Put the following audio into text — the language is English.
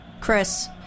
Chris